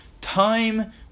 Time